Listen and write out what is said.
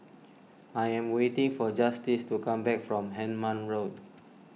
I am waiting for Justice to come back from Hemmant Road